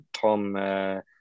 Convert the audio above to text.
Tom